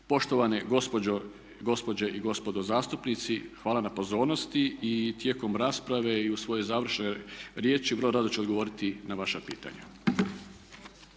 Poštovane gospođe i gospodo zastupnici hvala na pozornosti i tijekom rasprave i u svojoj završnoj riječi vrlo rado ću odgovoriti na vaša pitanja.